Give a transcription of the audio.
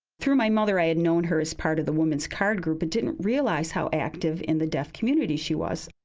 through my mother, i had known her as part of the woman's card group but didn't realize how active in the deaf community she was.